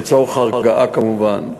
לצורך הרגעה כמובן.